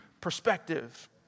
perspective